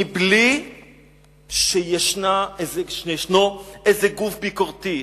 בלי שישנו איזה גוף ביקורתי,